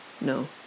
no